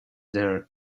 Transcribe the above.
their